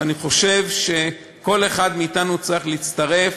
ואני חושב שכל אחד מאתנו צריך להצטרף